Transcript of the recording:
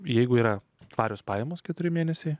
jeigu yra tvarios pajamos keturi mėnesiai